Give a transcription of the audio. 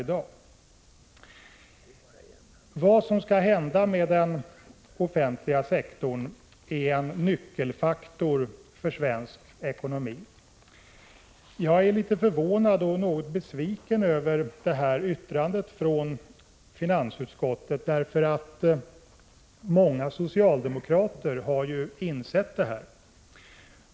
Frågan om vad som skall hända med den offentliga sektorn är en nyckelfaktor för svensk ekonomi. Jag är litet förvånad och något besviken över finansutskottets skrivning, eftersom många andra socialdemokrater har insett detta.